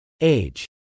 age